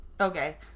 Okay